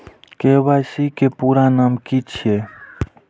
KYC के पूरा नाम की छिय?